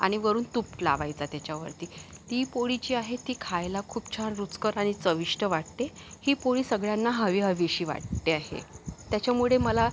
आणि वरून तूप लावायचा त्याच्यावरती ती पोळी जी आहे ती खायला खूप छान रुचकर आणि चविष्ट वाटते ही पोळी सगळ्यांना हवीहवीशी वाटते आहे त्याच्यामुळे मला